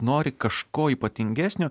nori kažko ypatingesnio